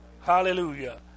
Hallelujah